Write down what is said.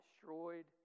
destroyed